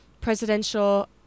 Presidential